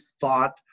thought